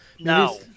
No